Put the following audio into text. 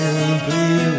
simply